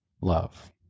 love